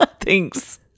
Thanks